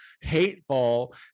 hateful